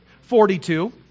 Forty-two